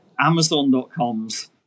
Amazon.com's